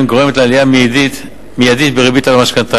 גורמת לעלייה מיידית בריבית על המשכנתה.